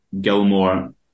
Gilmore